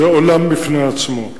זה עולם בפני עצמו.